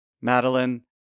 Madeline